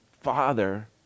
father